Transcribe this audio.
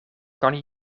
kan